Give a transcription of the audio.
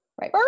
Right